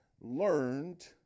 learned